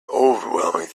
overwhelming